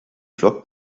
flockt